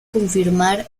confirmar